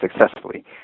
successfully